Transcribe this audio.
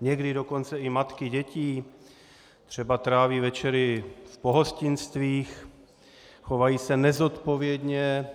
někdy dokonce i matky dětí třeba tráví večery v pohostinstvích, chovají se nezodpovědně.